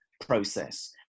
process